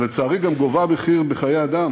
שלצערי גם גובה מחיר בחיי אדם.